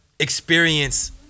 Experience